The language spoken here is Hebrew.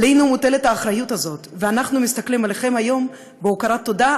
עלינו מוטלת האחריות הזאת ואנחנו מסתכלים עליכם היום בהכרת תודה,